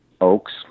oaks